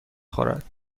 خورد